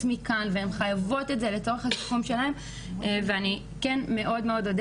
מכאן והן חייבות את זה לצורך הביטחון שלהן ואני מאוד אודה